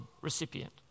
recipient